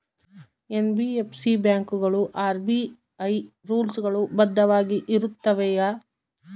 NBFC ಬ್ಯಾಂಕುಗಳು RBI rules ಗಳು ಬದ್ಧವಾಗಿ ಇರುತ್ತವೆಯ?